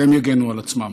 והם יגנו על עצמם,